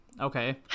Okay